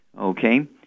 Okay